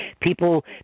People